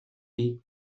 бий